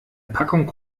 packung